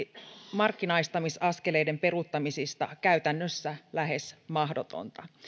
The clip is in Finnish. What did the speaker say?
markkinaistamisaskeleiden peruuttamisista käytännössä lähes mahdotonta